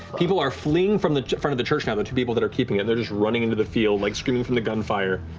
people are fleeing from the front of the church now, the two people that are keeping it, they're just running into the field, like screaming from the gunfire.